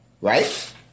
Right